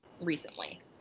recently